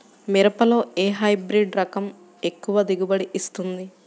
మిరపలో ఏ హైబ్రిడ్ రకం ఎక్కువ దిగుబడిని ఇస్తుంది?